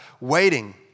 waiting